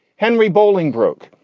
henry bowling brook,